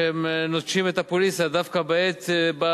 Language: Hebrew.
שהם נוטשים את הפוליסה דווקא בעת שבה